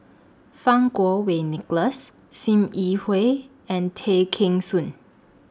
Fang Kuo Wei Nicholas SIM Yi Hui and Tay Kheng Soon